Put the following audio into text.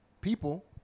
People